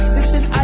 Listen